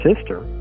sister